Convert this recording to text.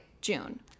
June